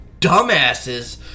dumbasses